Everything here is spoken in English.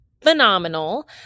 phenomenal